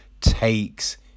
takes